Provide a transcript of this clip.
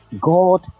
god